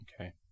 Okay